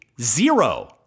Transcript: zero